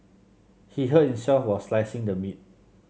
he hurt himself while slicing the meat